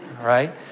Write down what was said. right